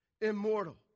immortal